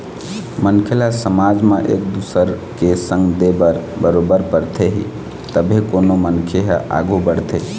मनखे ल समाज म एक दुसर के संग दे बर बरोबर परथे ही तभे कोनो मनखे ह आघू बढ़थे